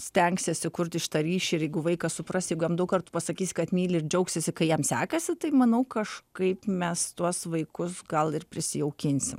stengsiesi kurti šitą ryšį ir jeigu vaikas supras jeigu jam daug kartų pasakysi kad myli ir džiaugsiesi kai jam sekasi tai manau kažkaip mes tuos vaikus gal ir prisijaukinsim